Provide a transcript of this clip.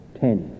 ten